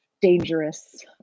dangerous